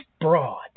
broad